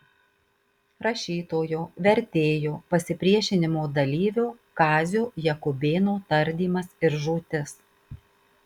rašytojo vertėjo pasipriešinimo dalyvio kazio jakubėno tardymas ir žūtis